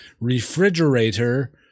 refrigerator